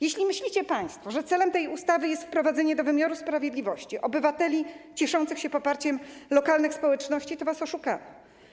Jeśli myślicie państwo, że celem tej ustawy jest wprowadzenie do wymiaru sprawiedliwości obywateli cieszących się poparciem lokalnych społeczności, to was oszukano.